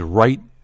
right